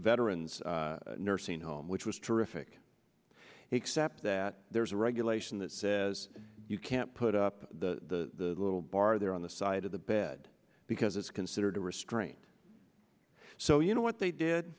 veteran's nursing home which was terrific except that there's a regulation that says you can't put up the little bar there on the side of the bed because it's considered a restraint so you know what they did